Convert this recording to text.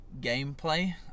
gameplay